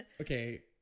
Okay